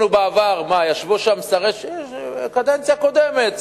בקדנציה הקודמת,